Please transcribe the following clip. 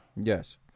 yes